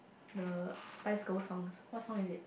the Spice-Girls songs what song is it